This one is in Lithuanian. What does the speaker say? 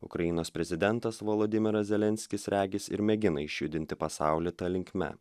ukrainos prezidentas volodimiras zelenskis regis ir mėgina išjudinti pasaulį ta linkme